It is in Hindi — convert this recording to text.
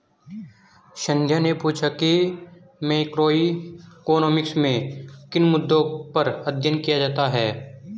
संध्या ने पूछा कि मैक्रोइकॉनॉमिक्स में किन मुद्दों पर अध्ययन किया जाता है